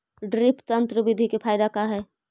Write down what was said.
Drip तन्त्र बिधि के फायदा का है?